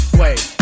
wait